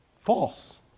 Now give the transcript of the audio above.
false